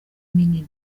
minini